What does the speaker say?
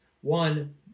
One